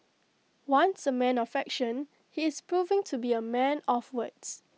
once A man of action he is proving to be A man of words